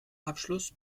abschluss